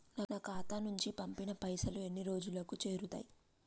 నా ఖాతా నుంచి పంపిన పైసలు ఎన్ని రోజులకు చేరుతయ్?